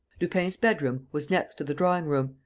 lupin's bedroom was next to the drawing-room,